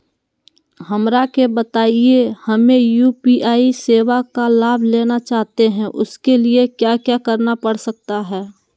हमरा के बताइए हमें यू.पी.आई सेवा का लाभ लेना चाहते हैं उसके लिए क्या क्या करना पड़ सकता है?